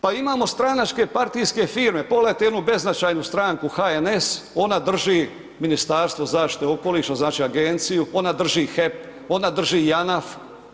Pa imamo stranačke partijske firme, pogledajte jednu beznačajnu stranku HNS, ona drži Ministarstvo zaštite okoliša, znači agenciju, ona drži HEP, ona drži JANAF.